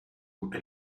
route